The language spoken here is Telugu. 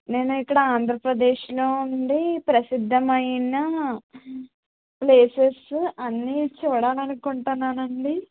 నేను ఇక్కడ ఆంధ్రప్రదేశ్లో అండి ప్రసిద్ధమైన ప్లేసెస్ అన్ని చూడాలనుకుంటున్నానండి